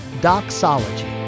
Doxology